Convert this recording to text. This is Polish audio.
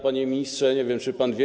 Panie ministrze, nie wiem, czy pan wie.